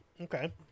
Okay